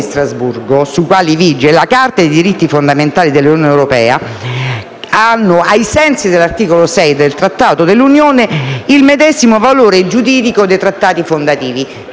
Strasburgo, e la Carta dei diritti fondamentali dell'Unione europea, che, ai sensi dell'articolo 6 del Trattato sull'Unione europea, ha il medesimo valore giuridico dei trattati fondativi;